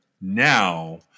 now